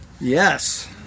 Yes